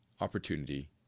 Opportunity